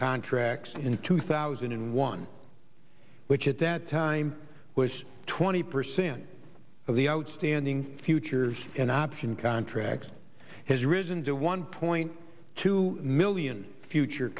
contracts in two thousand and one which at that time was twenty percent of the outstanding futures in option contracts has risen to one point two million future